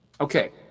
Okay